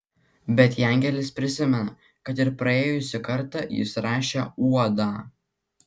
bet jankelis prisimena kad ir praėjusį kartą jis rašė uodą